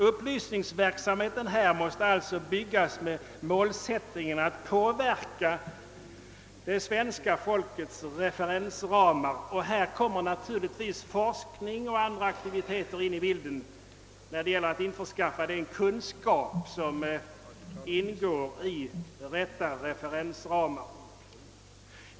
Upplysningsverksamheten måste alltså byggas med målsättningen att påverka det svenska folkets referensramar, och här kommer forskning och andra aktiviteter in i bilden när det gäller att införskaffa den kunskap som ingår i rätta referensramar.